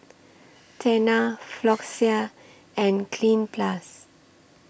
Tena Floxia and Cleanz Plus